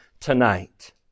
tonight